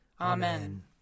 Amen